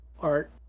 art